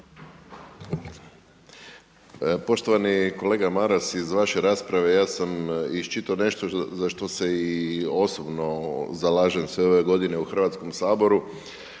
Poštovani kolega Maras iz vaše rasprave ja sam iščitao nešto za što se i osobno zalažem sve ove godine u Hrvatskom saboru.